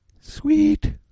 Sweet